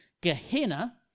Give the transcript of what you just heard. Gehenna